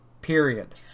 Period